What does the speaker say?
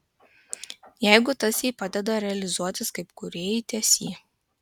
jeigu tas jai padeda realizuotis kaip kūrėjai teesie